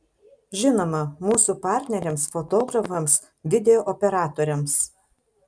žinoma mūsų partneriams fotografams video operatoriams